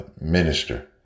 minister